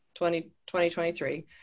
2023